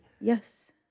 yes